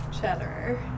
Cheddar